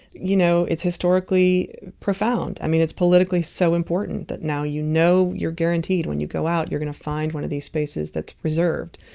you know, it's historically profound. i mean, it's politically so important that now you know you're guaranteed when you go out, you're gonna find one of these spaces that's reserved,